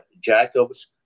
Jacobs